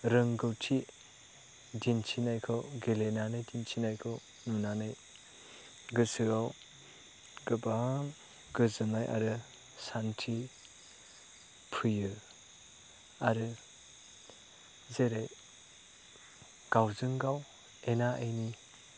रोंगौथि दिन्थिनायखौ गेलेनानै दिन्थिनायखौ नुनानै गोसोआव गोबां गोजोननाय आरो सान्थि फैयो आरो जेरै गावजों गाव एना एनि